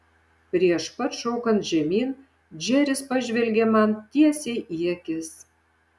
prieš pat šokant žemyn džeris pažvelgė man tiesiai į akis